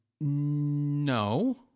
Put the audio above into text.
No